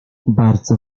bardzo